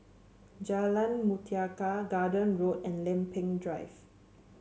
Jalan Mutiara Garden Road and Lempeng Drive